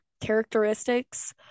characteristics